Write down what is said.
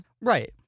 Right